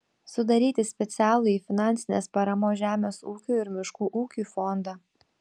sudaryti specialųjį finansinės paramos žemės ūkiui ir miškų ūkiui fondą